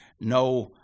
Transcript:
no